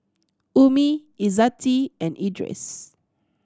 Ummi Izzati and Idris